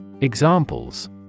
Examples